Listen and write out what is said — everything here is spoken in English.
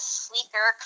sleeker